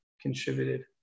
contributed